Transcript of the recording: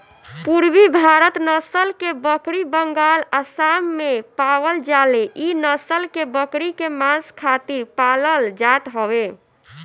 पुरबी भारत नसल के बकरी बंगाल, आसाम में पावल जाले इ नसल के बकरी के मांस खातिर पालल जात हवे